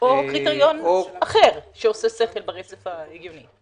--- או קריטריון אחר שעושה שכל ברצף ההגיוני.